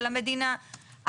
של המדינה,